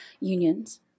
unions